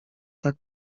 tak